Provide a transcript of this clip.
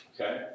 Okay